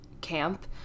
camp